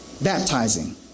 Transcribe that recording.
Baptizing